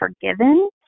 forgiven